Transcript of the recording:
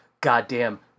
Goddamn